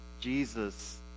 Jesus